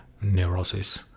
neurosis